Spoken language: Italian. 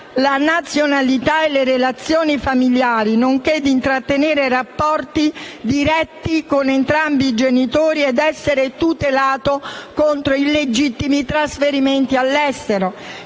la nazionalità e le relazioni familiari, nonché di intrattenere rapporti personali e diretti con entrambi i genitori e a essere tutelato contro gli illegittimi trasferimenti all'estero.